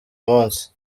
munsi